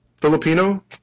Filipino